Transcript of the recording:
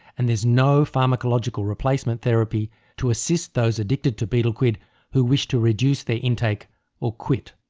and there is no pharmacological replacement therapy to assist those addicted to betel quid who wish to reduce their intake or quit.